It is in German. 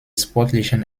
sportlichen